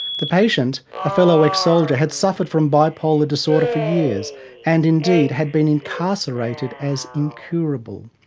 the patient a fellow ex-soldier had suffered from bipolar disorder for years and, indeed, had been incarcerated as incurable.